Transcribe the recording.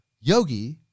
yogi